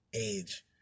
age